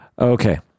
okay